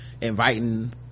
inviting